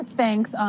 thanks